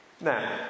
Now